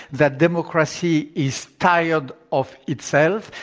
that democracy is tired of itself,